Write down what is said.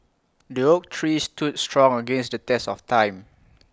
the oak tree stood strong against the test of time